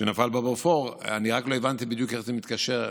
שנפל בבופור, אני רק לא הבנתי בדיוק איך זה מתקשר,